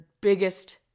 biggest